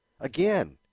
Again